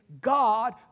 God